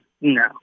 No